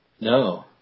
No